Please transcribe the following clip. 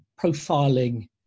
profiling